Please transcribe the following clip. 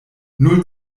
null